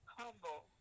humble